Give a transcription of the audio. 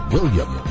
William